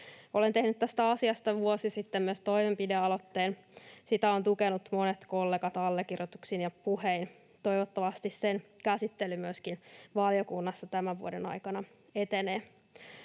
Olen tehnyt tästä asiasta vuosi sitten myös toimenpidealoitteen. Sitä ovat tukeneet monet kollegat allekirjoituksin ja puhein. Toivottavasti sen käsittely myöskin valiokunnassa tämän vuoden aikana etenee.